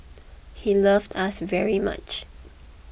he loved us very much